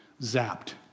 zapped